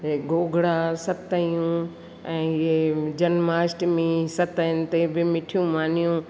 गोगड़ा सतहियूं ऐं इहे जन्माष्टमी सतहनि ते बि मिठी मानियूं